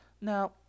now